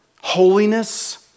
holiness